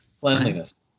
cleanliness